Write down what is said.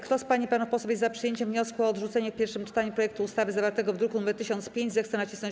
Kto z pań i panów posłów jest za przyjęciem wniosku o odrzucenie w pierwszym czytaniu projektu ustawy zawartego w druku nr 1005, zechce nacisnąć